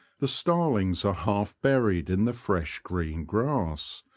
the starlings are half buried in the fresh green grass,